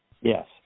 Yes